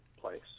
place